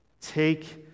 Take